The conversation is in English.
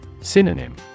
Synonym